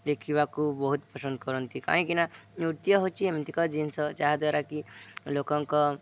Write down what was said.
ଦେଖିବାକୁ ବହୁତ ପସନ୍ଦ କରନ୍ତି କାହିଁକିନା ନୃତ୍ୟ ହେଉଛି ଏମିତି ଏକ ଜିନିଷ ଯାହାଦ୍ୱାରା କିି ଲୋକଙ୍କ